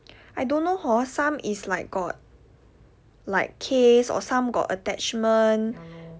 I don't know hor some is like got like case or some got attachment